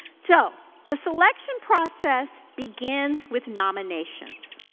so, the selection process begins with nominations.